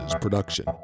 production